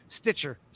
Stitcher